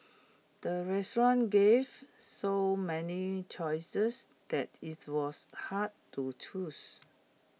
the restaurant gave so many choices that IT was hard to choose